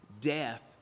death